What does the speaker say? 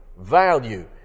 value